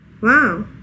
Wow